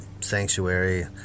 sanctuary